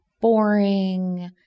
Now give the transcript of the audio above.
boring